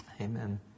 Amen